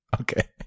Okay